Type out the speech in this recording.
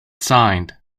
signed